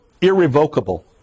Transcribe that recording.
irrevocable